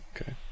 Okay